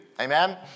amen